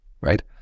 right